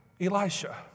Elisha